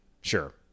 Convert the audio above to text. Sure